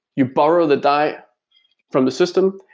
you borrow the dai from the system,